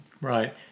Right